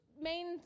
main